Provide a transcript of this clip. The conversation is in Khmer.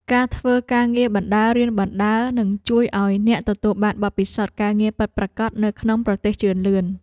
ការធ្វើការងារបណ្តើររៀនបណ្តើរនឹងជួយឱ្យអ្នកទទួលបានបទពិសោធន៍ការងារពិតប្រាកដនៅក្នុងប្រទេសជឿនលឿន។